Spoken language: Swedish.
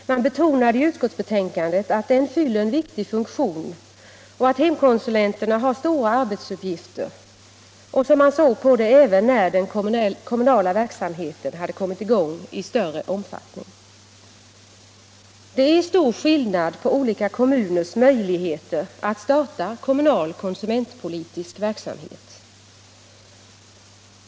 Man betonade i utskottsbetänkandet att den fyller en viktig funktion och att hemkonsulenterna har stora arbetsuppgifter även när den kommunala verksamheten kommer i gång i större omfattning. Det är stor skillnad på olika kommuners möjligheter att starta kommunal konsumentpolitisk verksamhet.